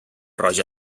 roja